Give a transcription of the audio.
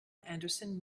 anderson